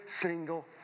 single